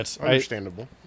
Understandable